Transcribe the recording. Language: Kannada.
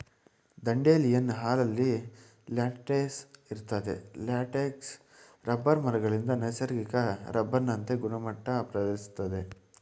ದಂಡೇಲಿಯನ್ ಹಾಲಲ್ಲಿ ಲ್ಯಾಟೆಕ್ಸ್ ಇರ್ತದೆ ಲ್ಯಾಟೆಕ್ಸ್ ರಬ್ಬರ್ ಮರಗಳಿಂದ ನೈಸರ್ಗಿಕ ರಬ್ಬರ್ನಂತೆ ಗುಣಮಟ್ಟ ಪ್ರದರ್ಶಿಸ್ತದೆ